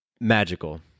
magical